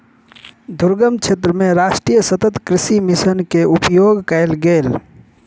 दुर्गम क्षेत्र मे राष्ट्रीय सतत कृषि मिशन के उपयोग कयल गेल